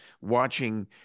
watching